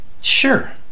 Sure